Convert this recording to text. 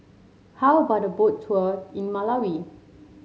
how about a Boat Tour in Malawi